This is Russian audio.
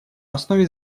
основе